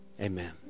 Amen